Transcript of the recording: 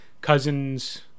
cousin's